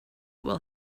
will